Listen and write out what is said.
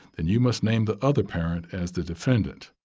then you must name the other parent as the defendant.